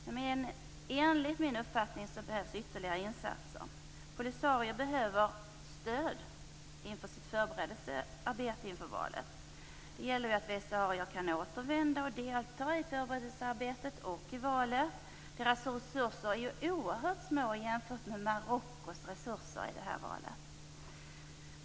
Men enligt min uppfattning behövs ytterligare insatser. Polisario behöver stöd i sitt förberedelsearbete inför valet. Det gäller att västsaharier kan återvända och delta i förberedelsearbetet och i valet. Deras resurser är oerhört små jämfört med Marockos resurser i det här valet.